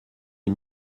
les